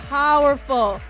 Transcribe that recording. powerful